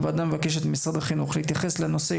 הוועדה מבקשת ממשרד החינוך להתייחס לנושא,